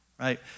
right